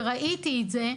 ראיתי את זה,